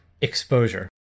exposure